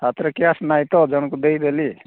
ହାତରେ କ୍ୟାସ୍ ନାହିଁ ତ ଜଣକୁ ଦେଇଦେଲି